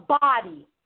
body